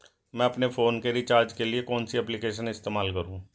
मैं अपने फोन के रिचार्ज के लिए कौन सी एप्लिकेशन इस्तेमाल करूँ?